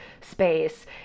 space